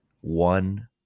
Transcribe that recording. one